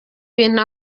bintu